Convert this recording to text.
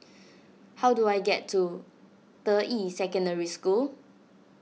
how do I get to Deyi Secondary School